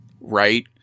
right